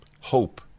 hope